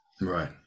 Right